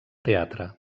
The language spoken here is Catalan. teatre